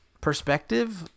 perspective